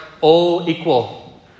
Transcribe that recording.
all-equal